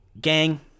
gang